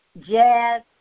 jazz